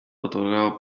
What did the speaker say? otorgado